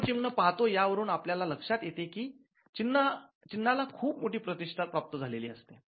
आपण चिन्ह पाहतो या वरून आपल्या लक्षात येते कि चिन्ह ला खूप मोठी प्रतिष्ठा प्राप्त झालेली असते